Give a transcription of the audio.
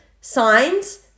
signs